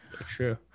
True